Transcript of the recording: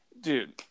Dude